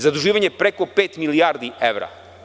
Zaduživanje preko 5 milijardi evra.